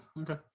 okay